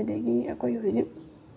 ꯑꯗꯒꯤ ꯑꯩꯈꯣꯏ ꯍꯧꯖꯤꯛ